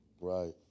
Right